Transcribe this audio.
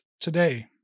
today